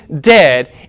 dead